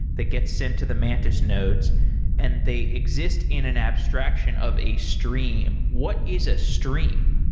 that gets sent to the mantis nodes and they exist in an abstraction of a stream. what is a stream?